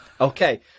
okay